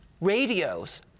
radios